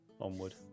onward